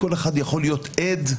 יכול להיות עד,